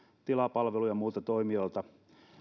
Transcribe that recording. tilaa palveluja muilta toimijoilta